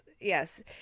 yes